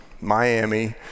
Miami